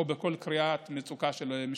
או בכל קריאת מצוקה של משפחות.